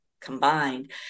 combined